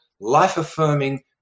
life-affirming